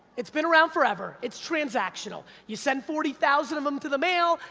it's been around forever, it's transactional, you send forty thousand of em to the mail,